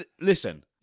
Listen